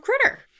critter